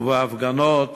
ההפגנות